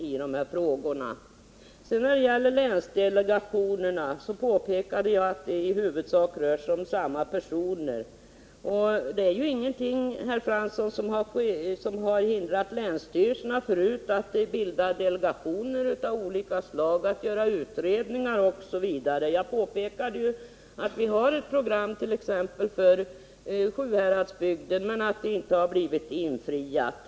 I fråga om länsdelegationen påpekade jag att det i huvudsak rör sig om samma personer. Det har inte funnits någonting, herr Fransson, som förut har hindrat länsstyrelserna att bilda delegationer av olika slag för att göra utredningar m.m. Jag påpekade ju att vi har ett program för t.ex. Sjuhäradsbygden men att det inte har blivit förverkligat.